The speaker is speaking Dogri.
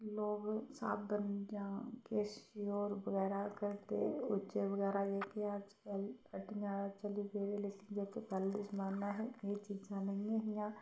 लोक साबन जां केश होर बगैरा करदे कूचे बगैरा जेह्के अज्जकल हट्टियां चली पेदे एह् लेकिन पैह्ले जमाने एह् चीजां नेईं हियां